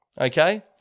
Okay